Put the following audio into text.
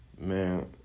Man